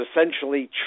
essentially